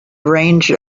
range